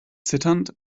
zitternd